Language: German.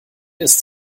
ist